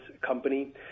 company